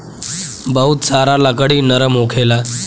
बहुत सारा लकड़ी नरम होखेला